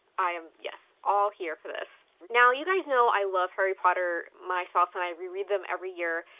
i am, yes, all here for this. now you guys know i love harry potter. my spouse and i reread them every year,